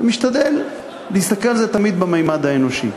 ואני משתדל להסתכל על זה תמיד בממד האנושי.